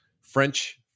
French –